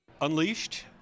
Unleashed